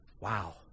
Wow